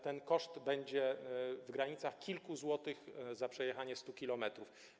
Ten koszt będzie w granicach kilku złotych za przejechanie 100 km.